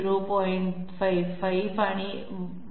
55 आणि Y20